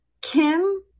Kim